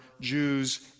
Jews